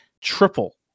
triple